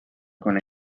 con